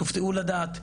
תופתעו לדעת,